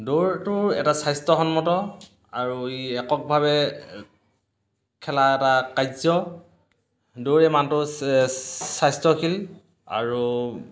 দৌৰটোৰ এটা স্বাস্থ্যসন্মত আৰু ই এককভাৱে খেলা এটা কাৰ্য্য় দৌৰে মানুহটো স্বাস্থ্যশীল আৰু